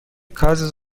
causes